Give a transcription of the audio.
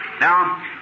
Now